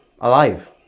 alive